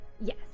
Yes